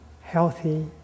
healthy